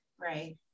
Right